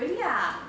really ah